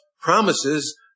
promises